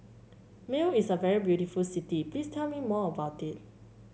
Male is a very beautiful city please tell me more about it